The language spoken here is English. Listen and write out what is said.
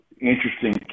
interesting